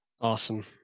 Awesome